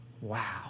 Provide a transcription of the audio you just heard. Wow